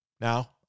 Now